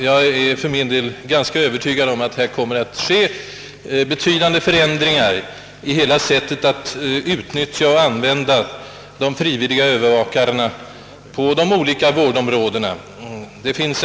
Jag är för min del ganska övertygad om att det framöver kommer att ske betydande förändringar i hela sättet att utnyttja intresset för övervakning bland allmänheten och använda de frivilliga övervakarna. Herr talman!